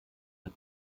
hat